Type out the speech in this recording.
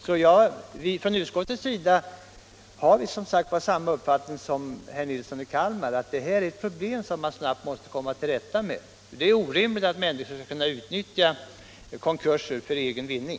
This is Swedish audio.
Men vi från utskottets sida har samma uppfattning som herr Nilsson i Kalmar — att detta är problem som man måste komma till rätta med. Det är orimligt att människor skall kunna utnyttja konkurser för egen vinning.